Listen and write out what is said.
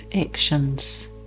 actions